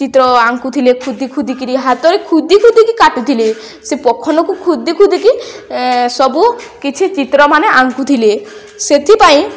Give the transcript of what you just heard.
ଚିତ୍ର ଆଙ୍କୁୁଥିଲେ ଖୋଦି ଖୋଦି କିରି ହାତରେ ଖୋଦି ଖୋଦିକି କାଟୁଥିଲେ ସେ ପଖନକୁ ଖୋଦି ଖୋଦିକି ସବୁ କିଛି ଚିତ୍ରମାନେ ଆଙ୍କୁୁଥିଲେ ସେଥିପାଇଁ